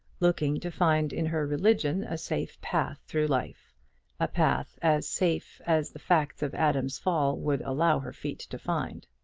looking to find in her religion a safe path through life a path as safe as the facts of adam's fall would allow her feet to find.